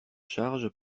charge